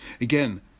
Again